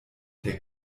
der